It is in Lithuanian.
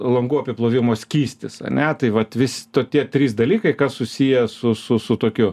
langų apiplovimo skystis ane tai vat vis to tie trys dalykai kas susiję su su su tokiu